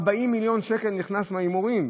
שבה 40 מיליון שקל נכנסים מההימורים,